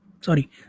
Sorry